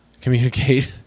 communicate